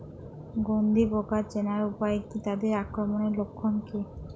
গন্ধি পোকা চেনার উপায় কী তাদের আক্রমণের লক্ষণ কী?